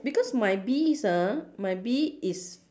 because my bees ah my bee is